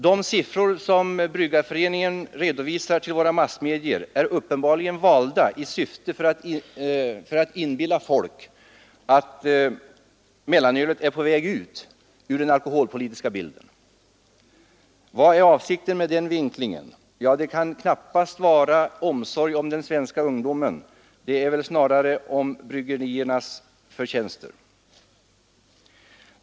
De siffror som Bryggareföreningen redovisar för våra massmedia är uppenbarligen valda i syfte att inbilla folk att mellanölet är på väg ut ur den alkoholpolitiska bilden. Vad är avsikten med den vinklingen? Det kan knappast vara omsorgen om den svenska ungdomen — det är väl snarare en omsorg om bryggeriernas förtjänster.